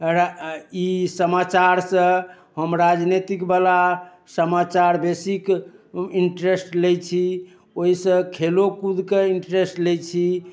ई समाचार सँ हम राजनैतिक बला समाचार बेसिक ईन्ट्रेस्ट लै छी ओहिसँ खेलो कूद के ईन्ट्रेस्ट लै छी